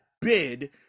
bid